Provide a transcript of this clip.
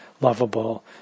lovable